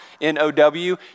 N-O-W